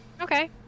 Okay